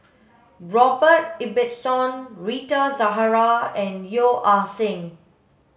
Robert Ibbetson Rita Zahara and Yeo Ah Seng